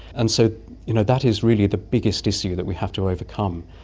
and so you know that is really the biggest issue that we have to overcome.